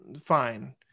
fine